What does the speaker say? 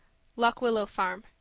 lock willow farm,